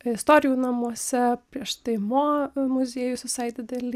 istorijų namuose prieš tai mo muziejus visai didelį